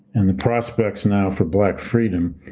and the prospects now for black freedom,